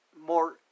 more